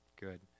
Good